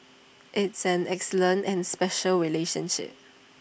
it's an excellent and special relationship